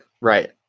right